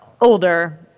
Older